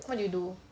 what did you do